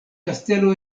kastelo